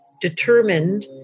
determined